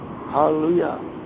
Hallelujah